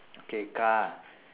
okay